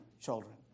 children